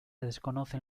desconocen